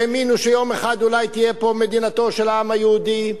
שהאמינו שיום אחד אולי תהיה פה מדינתו של העם היהודי.